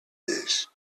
this